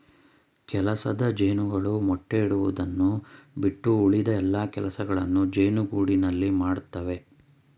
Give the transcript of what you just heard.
ಕೆಲಸದ ಜೇನುಗಳು ಮೊಟ್ಟೆ ಇಡುವುದನ್ನು ಬಿಟ್ಟು ಉಳಿದ ಎಲ್ಲಾ ಕೆಲಸಗಳನ್ನು ಜೇನುಗೂಡಿನಲ್ಲಿ ಮಾಡತ್ತವೆ